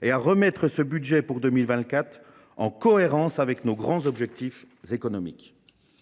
et à remettre ce projet de budget pour 2024 en cohérence avec nos grands objectifs économiques.